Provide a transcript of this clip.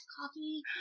Coffee